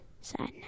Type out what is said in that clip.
sadness